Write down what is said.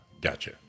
Gotcha